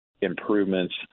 improvements